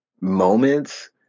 moments